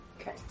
Okay